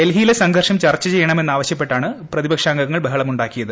ഡൽഹിയിലെ സംഘർഷം ചർച്ച് ചെയ്യണമെന്ന് ആവശ്യപ്പെട്ടാണ് പ്രതിപക്ഷാംഗങ്ങൾ ബഹളമുണ്ടാക്കിയത്